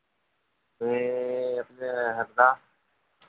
ये अपने हरदा